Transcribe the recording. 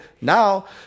Now